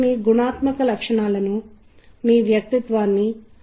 మీరు ఏదైనా వాసన చూసినప్పుడు ఆ వాసన ఒక మూలంతో ముడిపడి ఉందని మీకు అనిపిస్తుంది